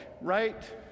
right